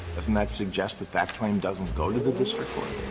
doesn't that suggest that that claim doesn't go to the district court?